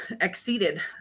exceeded